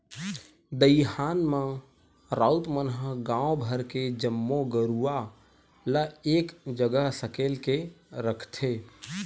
दईहान म राउत मन ह गांव भर के जम्मो गरूवा ल एक जगह सकेल के रखथे